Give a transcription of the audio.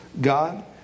God